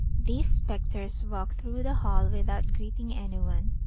the spectres walked through the hall without greeting any one,